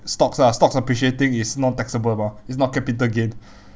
stocks ah stocks appreciating is non taxable mah it's not capital gain